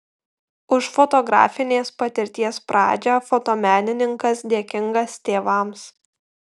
už fotografinės patirties pradžią fotomenininkas dėkingas tėvams